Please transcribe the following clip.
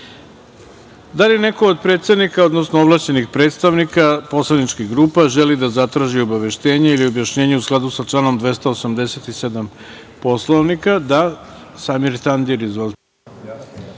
li neko od predsednika, odnosno ovlašćenih predstavnika poslaničkih grupa želi da zatraži obaveštenje ili objašnjenje u skladu sa članom 287. Poslovnika? Reč ima Samir Tandir. Izvolite.